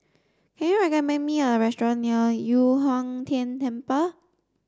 can you recommend me a restaurant near Yu Huang Tian Temple